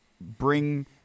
bring